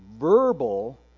verbal